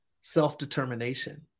self-determination